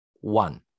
One